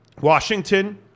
Washington